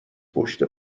پشت